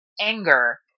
anger